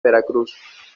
veracruz